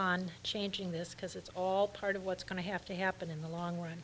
on changing this because it's all part of what's going to have to happen in the long run